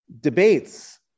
debates